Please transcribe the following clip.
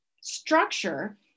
structure